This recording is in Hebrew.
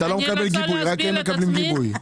רק הם מקבלים גיבוי.